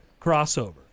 crossover